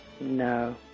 No